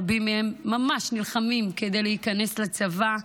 רבים מהם ממש נלחמים כדי להיכנס לצבא,